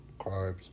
carbs